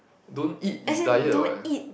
don't eat is diet what